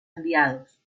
aliados